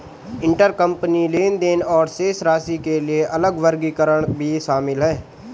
intercompany लेनदेन और शेष राशि के लिए अलग वर्गीकरण भी शामिल हैं